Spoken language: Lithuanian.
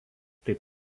taip